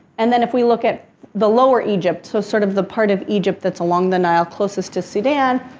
and then if we look at the lower egypt, so sort of the part of egypt that's along the nile closest to sudan,